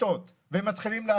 אני לא אגיד לך